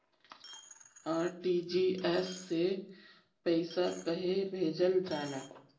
RTGS से पइसा कहे भेजल जाला?